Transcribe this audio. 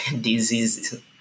diseases